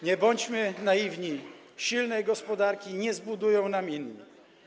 Nie bądźmy naiwni, silnej gospodarki nie zbudują nam inni.